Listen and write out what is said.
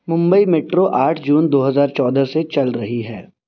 Mumbai metro آٹھ جون دو ہزار چودہ سے چل رہی ہے